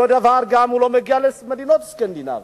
אותו דבר, הוא גם לא מגיע למדינות סקנדינביה.